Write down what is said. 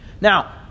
Now